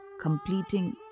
completing